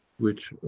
which